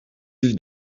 yüz